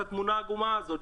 את התמונה העגומה הזאת.